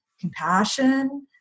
compassion